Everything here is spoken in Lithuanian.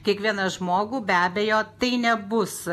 kiekvieną žmogų be abejo tai nebus